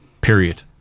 period